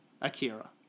*Akira*